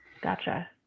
Gotcha